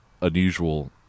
unusual